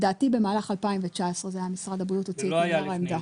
במהלך 2019 משרד הבריאות הציג נייר עמדה.